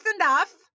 enough